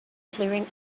clearing